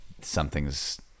something's